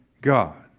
God